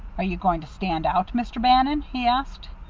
are you going to stand out, mr. bannon? he asked.